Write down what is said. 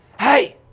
hey!